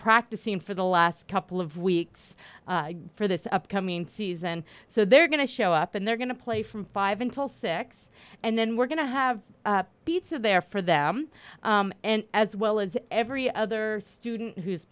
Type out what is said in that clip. practicing for the last couple of weeks for this upcoming season so they're going to show up and they're going to play from five until six and then we're going to have pizza there for them as well as every other student who's